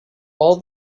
all